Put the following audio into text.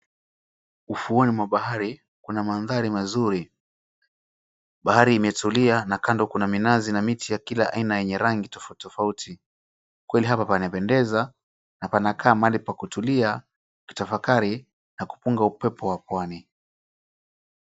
Ufuoni mwa bahari kuna mandhari mazuri. Bahari imetulia na kando kuna minazi na miti ya kila aina yenye rangi tofautitofauti. Kweli hapa panapendeza na panakaa mahali pa kutulia, kutafakari na kupunga upepo wa pwani.